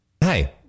Hey